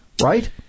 right